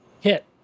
Hit